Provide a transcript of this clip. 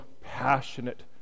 passionate